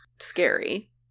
scary